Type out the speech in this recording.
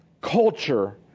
culture